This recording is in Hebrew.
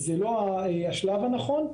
זה לא השלב הנכון,